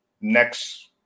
next